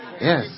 yes